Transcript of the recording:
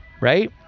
right